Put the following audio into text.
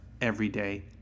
everyday